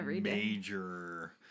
major